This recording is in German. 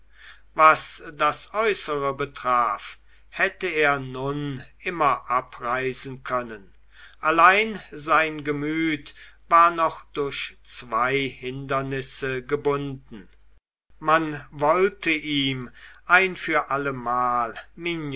was das äußere betraf hätte er nun immer abreisen können allein sein gemüt war noch durch zwei hindernisse gebunden man wollte ihm ein für allemal